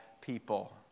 people